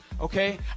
Okay